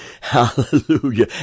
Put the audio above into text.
Hallelujah